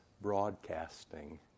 broadcasting